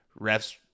Refs